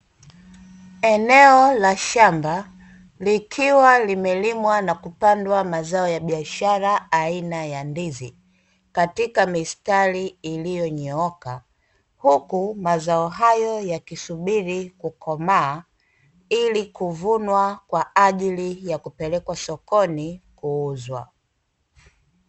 Eneo la shamba likiwa limelimwa na kupandwa mazao ya biashara aina ya ndizi katika mistari iliyonyooka, huku mazao hayo yakisubiri kukomaa ili kuvunwa kwa ajili ya kupelekwa sokoni kuuzwa.